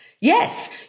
Yes